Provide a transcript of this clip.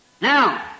Now